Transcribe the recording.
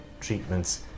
treatments